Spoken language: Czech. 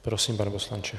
Prosím, pane poslanče.